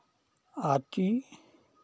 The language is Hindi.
आती